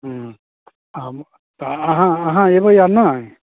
हूँ आब अहाँ अहाँ अयबै आर नहि